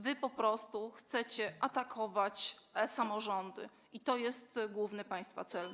Wy po prostu chcecie atakować samorządy i to jest główny państwa cel.